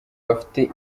bafite